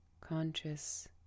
conscious